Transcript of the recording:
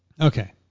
Okay